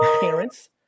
parents